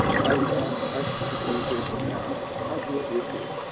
but i want us to do this now i'll do it with you.